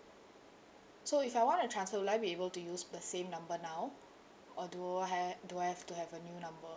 so if I want a transfer would I be able to use the same number now or do I ha~ do I have to have a new number